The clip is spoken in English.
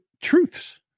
truths